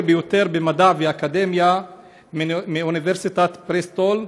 ביותר במדע ואקדמיה באוניברסיטת בריסטול,